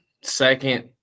second